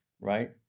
right